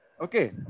Okay